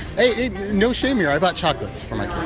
hey, no shame here i bought chocolates for my